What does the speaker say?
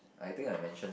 I think I mention